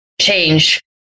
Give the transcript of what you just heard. change